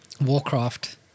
warcraft